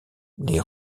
les